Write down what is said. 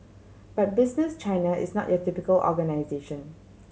but Business China is not your typical organisation